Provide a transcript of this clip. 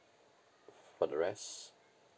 for the rest